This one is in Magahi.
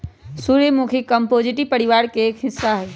सूर्यमुखी कंपोजीटी परिवार के एक हिस्सा हई